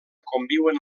conviuen